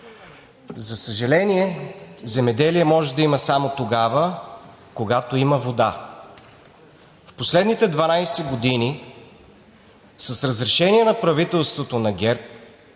За съжаление, земеделие може да има само тогава, когато има вода. В последните 12 години с разрешение на правителството на ГЕРБ